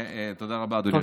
תודה רבה, אדוני היושב-ראש.